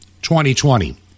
2020